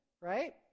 right